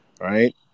right